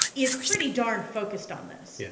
is pretty darn focused on this. yeah